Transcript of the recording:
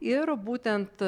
ir būtent